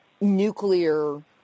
nuclear